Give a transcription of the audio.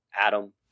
Adam